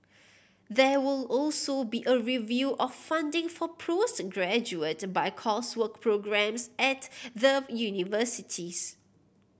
there will also be a review of funding for postgraduate by coursework programmes at the universities